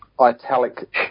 italic